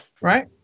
Right